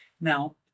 Now